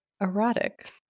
erotic